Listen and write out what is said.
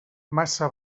massa